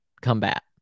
combat